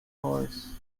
parse